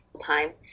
time